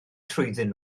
trwyddyn